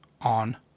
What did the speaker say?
on